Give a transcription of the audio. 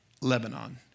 Lebanon